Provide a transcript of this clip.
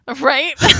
Right